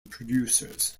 producers